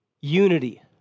Unity